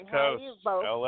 Coast